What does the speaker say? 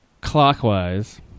clockwise